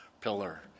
pillar